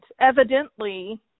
Evidently